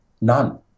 None